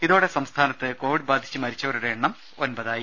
ഇതോടെ സംസ്ഥാനത്ത് കോവിഡ് ബാധിച്ച് മരിച്ചവരുടെ എണ്ണം ഒമ്പതായി